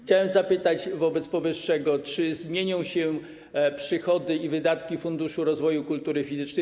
Chciałbym zapytać wobec powyższego, czy zmienią się przychody i wydatki Funduszu Rozwoju Kultury Fizycznej.